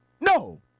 No